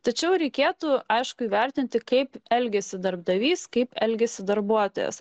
tačiau reikėtų aišku įvertinti kaip elgiasi darbdavys kaip elgiasi darbuotojas